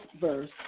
verse